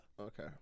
Okay